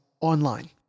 online